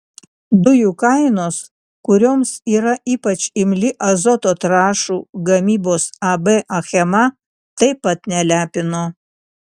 dujų kainos kurioms yra ypač imli azoto trąšų gamybos ab achema taip pat nelepino